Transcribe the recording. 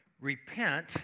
Repent